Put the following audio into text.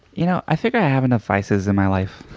you know, i figure i have enough vices in my life.